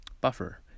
buffer